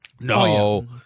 No